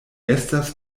estas